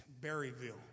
Berryville